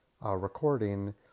recording